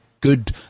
Good